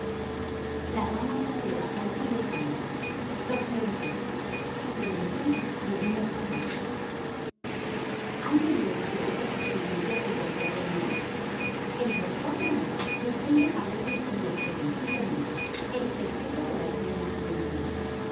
microbio de cultivo y a vivir vi juventud divino tesoro han leído ustedes las experiencias del doctor voronof el doctor voronof pretende haber descubierto sencillamente el secreto de la eterna juventud